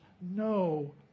no